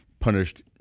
Punished